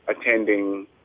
attending